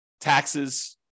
taxes